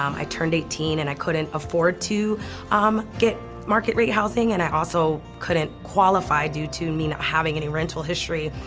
um i turned eighteen and i couldn't afford to um get market-rate housing, and i also couldn't qualify due to me not having any rental history.